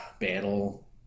battle